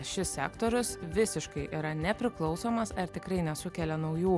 šis sektorius visiškai yra nepriklausomas ar tikrai nesukelia naujų